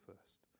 first